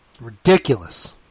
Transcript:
ridiculous